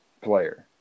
player